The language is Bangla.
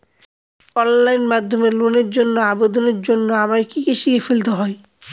অনলাইন মাধ্যমে লোনের জন্য আবেদন করার জন্য আমায় কি কি শিখে ফেলতে হবে?